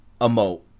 emote